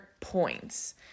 points